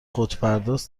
خودپرداز